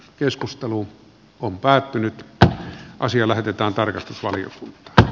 keskustelu on päättynyt ja asia lähetetään tarkastusvaliokuntaan